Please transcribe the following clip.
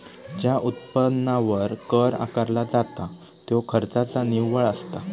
ज्या उत्पन्नावर कर आकारला जाता त्यो खर्चाचा निव्वळ असता